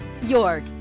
York